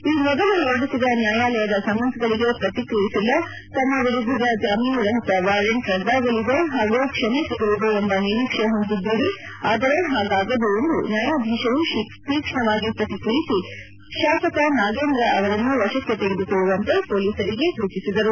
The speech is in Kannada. ಈ ಮೊದಲು ಹೊರಡಿಸಿದ ನ್ಯಾಯಾಲಯದ ಸಮನ್ಸ್ಗಳಿಗೆ ಪ್ರತಿಕ್ರಿಯಿಸಿಲ್ಲ ತಮ್ಮ ವಿರುದ್ದದ ಜಾಮೀನು ರಹಿತ ವಾರೆಂಟ್ ರದ್ದಾಗಲಿದೆ ಹಾಗೂ ಕ್ಷಮೆ ಸಿಗಲಿದೆ ಎಂಬ ನಿರೀಕ್ಷೆ ಹೊಂದಿದ್ದೀರಿ ಆದರೆ ಹಾಗಾಗದು ಎಂದು ನ್ಯಾಯಾಧೀಶರು ತೀಕ್ಷವಾಗಿ ಪ್ರತಿಕ್ರಿಯಿಸಿ ಶಾಸಕ ನಾಗೇಂದ್ರ ಅವರನ್ನು ವಶಕ್ಕೆ ತೆಗೆದು ಕೊಳ್ಳುವಂತೆ ಪೊಲೀಸರಿಗೆ ಸೂಚಿಸಿದರು